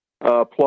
plus